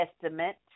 Testament